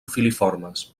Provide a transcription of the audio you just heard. filiformes